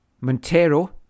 Montero